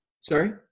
sorry